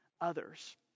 others